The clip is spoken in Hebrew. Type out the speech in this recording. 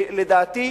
לדעתי,